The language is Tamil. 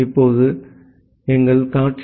இப்போது எனவே இது எங்கள் காட்சி